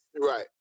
right